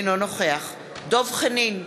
אינו נוכח דב חנין,